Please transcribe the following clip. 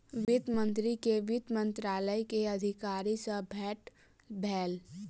वित्त मंत्री के वित्त मंत्रालय के अधिकारी सॅ भेट भेल